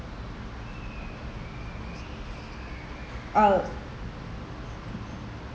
I'll